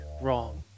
wrong